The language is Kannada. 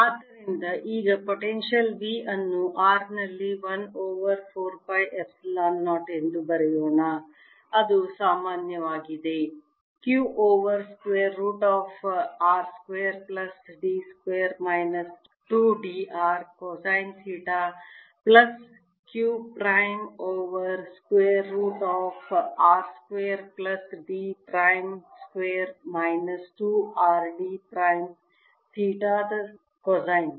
ಆದ್ದರಿಂದ ಈಗ ಪೊಟೆನ್ಶಿಯಲ್ V ಅನ್ನು r ನಲ್ಲಿ 1 ಓವರ್ 4 ಪೈ ಎಪ್ಸಿಲಾನ್ 0 ಎಂದು ಬರೆಯೋಣ ಅದು ಸಾಮಾನ್ಯವಾಗಿದೆ q over square root of r square plus d square minus 2 d r cosine theta plus q prime over square root of r square plus d prime square minus 2 r d prime theta the cosine